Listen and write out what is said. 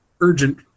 urgent